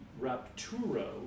rapturo